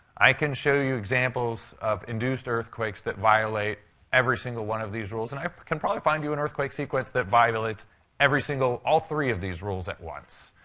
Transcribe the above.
i can show you examples of induced earthquakes that violate every single one of these rules, and i can probably find you an earthquake sequence that violates every single all three of these rules at once.